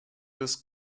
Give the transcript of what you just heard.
des